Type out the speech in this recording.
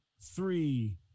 three